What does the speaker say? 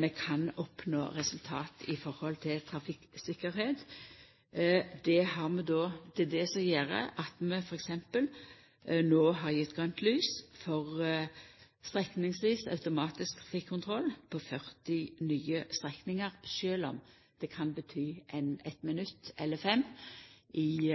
vi kan oppnå resultat med omsyn til trafikktryggleik. Det er det som gjer at vi f.eks. no har gjeve grønt lys for strekningsvis automatisk trafikkontroll på 40 nye strekningar, sjølv om det kan bety eit minutt eller fem i